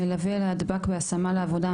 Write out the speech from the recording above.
מלווה להטב"ק בהשמה לעבודה,